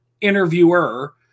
interviewer